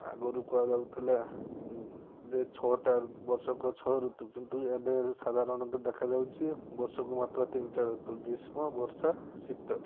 ଆଗରୁ କୁହାଯାଉଥିଲା ଯେ ଛଅଟା ବର୍ଷକ ଛଅ ଋତୁ କିନ୍ତୁ ଏବେ ସାଧାରଣତଃ ଦେଖାଯାଉଛି ବର୍ଷକୁ ମାତ୍ର ତିନିଟା ଋତୁ ଗ୍ରୀଷ୍ମ ବର୍ଷା ଶୀତ